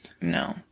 No